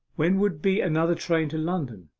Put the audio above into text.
when would be another train to london?